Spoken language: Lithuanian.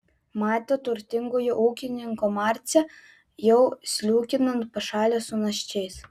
matė turtingojo ūkininko marcę jau sliūkinant pašale su naščiais